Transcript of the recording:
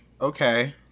Okay